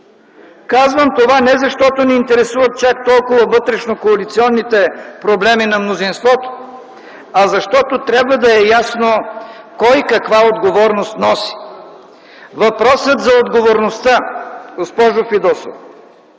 Казвам това, не защото ни интересуват чак толкова вътрешнокоалиционните проблеми на мнозинството, а защото трябва да е ясно кой каква отговорност носи. Въпросът за отговорността, госпожо Фидосова,